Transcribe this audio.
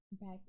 back